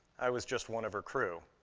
i was just one of her crew.